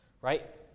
Right